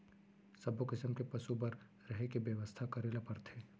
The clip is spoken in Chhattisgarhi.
सब्बो किसम के पसु बर रहें के बेवस्था करे ल परथे